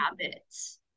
habits